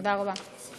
תודה רבה.